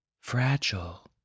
Fragile